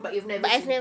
but you've never seen